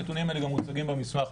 הנתונים האלה גם מוצגים במסמך.